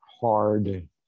hard